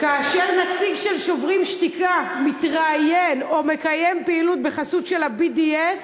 כאשר נציג של "שוברים שתיקה" מתראיין או מקיים פעילות בחסות של ה-BDS,